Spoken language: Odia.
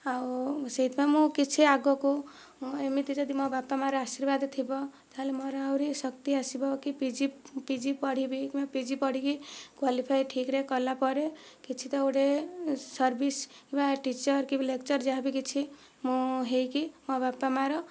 ଆଉ ସେଥିପାଇଁ ମୁଁ କିଛି ଆଗକୁ ଏମିତି ଯଦି ମୋ ବାପା ମା ର ଆଶୀର୍ବାଦ ଥିବ ତା'ହେଲେ ମୋର ଆହୁରି ଶକ୍ତି ଆସିବ କି ପିଜି ପିଜି ପଢ଼ିବି ପିଜି ପଢିକି କ୍ୱାଲିଫାୟ ଠିକ ରେ କଲା ପରେ କିଛି ତ ଗୋଟିଏ ସର୍ଭିସ କିମ୍ବା ଟିଚର କି ଲେକ୍ଚର ଯାହାବି କିଛି ମୁଁ ହୋଇକି ମୋ ବାପା ମା ର